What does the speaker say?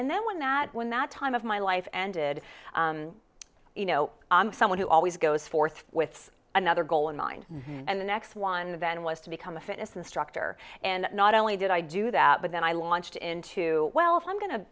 and then when that when that time of my life ended you know someone who always goes forth with another goal in mind and the next one then was to become a fitness instructor and not only did i do that but then i launched into well if i'm going to